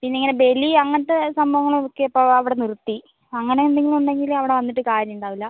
പിന്നെ ഇങ്ങനെ ബലി അങ്ങനത്തെ സംഭവങ്ങളൊക്കെ ഇപ്പോൾ അവിടെ നിർത്തി അങ്ങനെ എന്തെങ്കിലും ഉണ്ടെങ്കില് അവിടെ വന്നിട്ട് കാര്യം ഉണ്ടാവില്ല